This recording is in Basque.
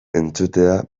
entzutea